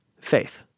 faith